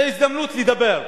זה הזדמנות לדבר,